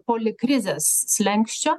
polikrizės slenksčio